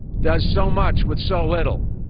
does so much with so little.